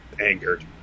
angered